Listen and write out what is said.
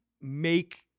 make